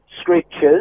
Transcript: scriptures